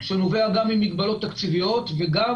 שנובע גם ממגבלות תקציביות ובעיקר,